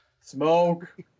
Smoke